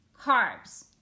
carbs